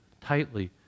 tightly